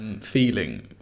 feeling